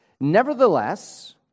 Nevertheless